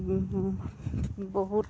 বহুত